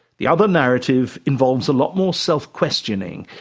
the other narrative involves a lot more self-questioning.